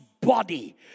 body